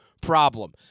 problem